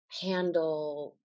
handle